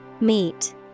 Meet